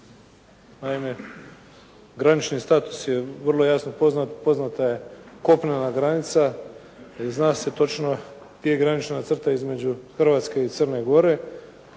Naime, granični status je vrlo jasno poznat, poznata je kopnena granica, zna se točno gdje je granična crta između Hrvatske i Crne Gore